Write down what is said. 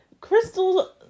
Crystal